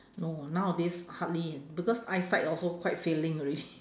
no nowadays hardly because eyesight also quite failing already